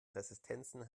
resistenzen